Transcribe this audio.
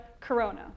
Corona